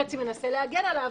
חצי מנסה להגן עליו,